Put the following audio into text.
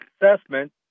assessment